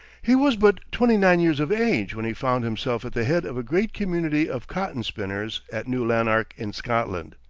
he was but twenty-nine years of age when he found himself at the head of a great community of cotton spinners at new lanark in scotland.